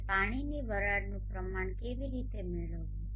હવે પાણીની વરાળનુ પ્રમાણ કેવી રીતે મેળવવુ